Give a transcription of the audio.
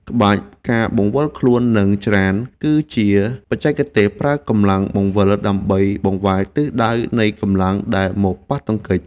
ក្បាច់ ការបង្វិលខ្លួន និងច្រាន គឺជាបច្ចេកទេសប្រើកម្លាំងបង្វិល ដើម្បីបង្វែរទិសដៅនៃកម្លាំងដែលមកប៉ះទង្គិច។